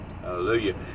hallelujah